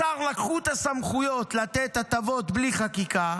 לשר לקחו את הסמכויות לתת הטבות בלי חקיקה,